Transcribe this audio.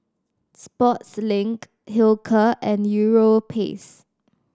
Sportslink Hilker and Europace